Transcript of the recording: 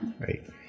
Right